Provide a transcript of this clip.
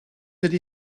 ydy